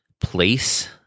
place